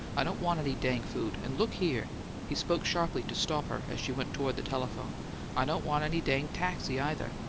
i don't want any dang food! and look here he spoke sharply to stop her, as she went toward the telephone i don't want any dang taxi, either!